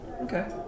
okay